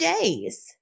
days